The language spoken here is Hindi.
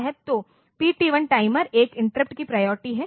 तो PT1 टाइमर 1 इंटरप्ट की प्रायोरिटी है